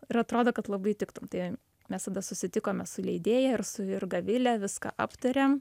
ir atrodo kad labai tiktum tai mes tada susitikome su leidėja ir su jurga vile viską aptarėm